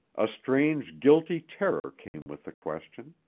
a strange, guilty terror came with the question.